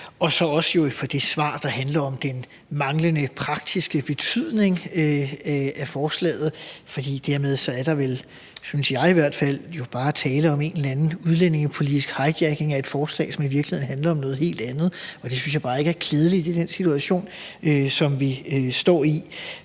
og så også for det svar, der handler om den manglende praktiske betydning af forslaget. For dermed er der vel, synes jeg i hvert fald, bare tale om en eller anden udlændingepolitisk hijacking af et forslag, som i virkeligheden handler om noget helt andet. Det synes jeg bare ikke er klædeligt i den situation, som vi står i.